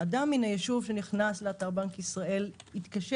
אדם מן הישוב שנכנס לאתר בנק ישראל יתקשה